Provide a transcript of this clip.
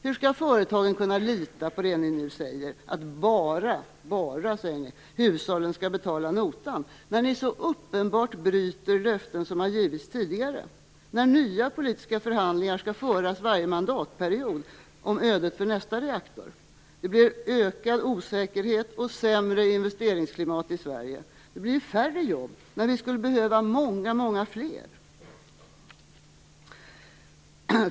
Hur skall företagen kunna lita på det ni nu säger - att det bara är hushållen som skall betala notan - när ni så uppenbart bryter löften som har givits tidigare? Skall nya politiska förhandlingar om ödet för nästa reaktor föras varje mandatperiod? Det leder till ökad osäkerhet och sämre investeringsklimat i Sverige. Det blir färre jobb, när vi skulle behöva många, många fler.